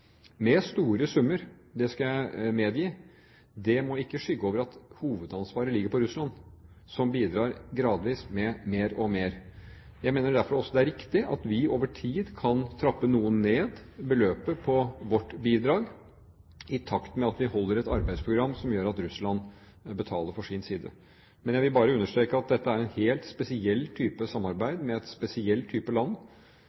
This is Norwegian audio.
med store summer – det skal jeg medgi – ikke må skygge over at hovedansvaret ligger på Russland, som bidrar gradvis med mer og mer. Jeg mener derfor det også er riktig at vi over tid kan trappe noe ned beløpet på vårt bidrag, i takt med at vi holder et arbeidsprogram som gjør at Russland betaler for sin side. Men jeg vil bare understreke at dette er en helt spesiell type